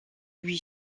lui